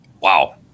Wow